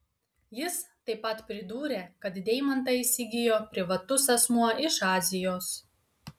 jis taip pat pridūrė kad deimantą įsigijo privatus asmuo iš azijos